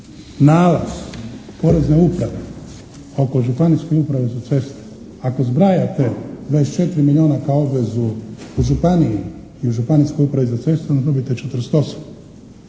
nalaz porezne uprave oko županijske uprave za ceste ako zbrajate 24 milijuna kao obvezu u županiji i u županijskoj upravi za ceste onda dobijete 48,